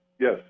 Yes